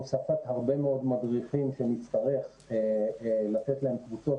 הוספת הרבה מאוד מדריכים שנצטרך לתת להם קבוצות